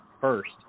first